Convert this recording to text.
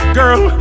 girl